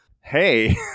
hey